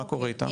מה קורה איתם?